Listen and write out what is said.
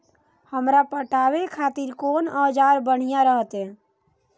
हमरा पटावे खातिर कोन औजार बढ़िया रहते?